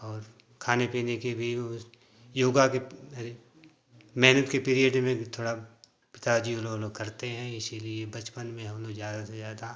और खाने पीने के भी वो योगा भी है मेहनत के पीरियड में भी थोड़ा पिता जी करते हैं इसीलिए बचपन में हम लोग ज़्यादा से ज़्यादा